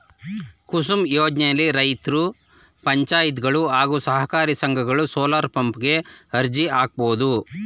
ಕುಸುಮ್ ಯೋಜ್ನೆಲಿ ರೈತ್ರು ಪಂಚಾಯತ್ಗಳು ಹಾಗೂ ಸಹಕಾರಿ ಸಂಘಗಳು ಸೋಲಾರ್ಪಂಪ್ ಗೆ ಅರ್ಜಿ ಹಾಕ್ಬೋದು